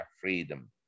freedom